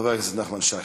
חבר הכנסת נחמן שי.